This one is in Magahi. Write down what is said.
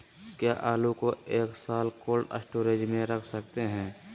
क्या आलू को एक साल कोल्ड स्टोरेज में रख सकते हैं?